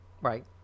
Right